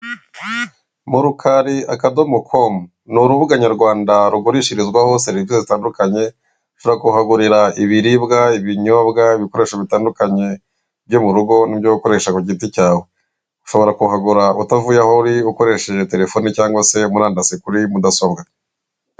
Murukari akadomo komu ni urubuga nyarwanda rugurishirizwaho serivisi zitandukanye. Ushobora kuhagurira ibiribwa, ibinyobwa, ibikoresho bitandukanye byo mu rugo, n'ibyo gukoresha ku giti cyawe, ushobora kuhagura utavuye aho uri ukoresheje telefoni cyangwa se murandasi kuri mudasobwa.